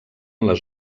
les